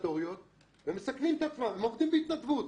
אנחנו לקראת סיום טרם עוברים להצבעות.